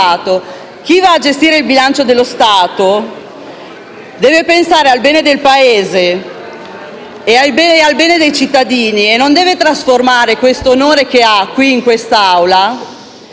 Chi va a gestire il bilancio dello Stato deve pensare al bene del Paese e al bene dei cittadini. Non deve trasformare questo onore che ha, qui in quest'Aula, in una